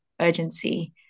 urgency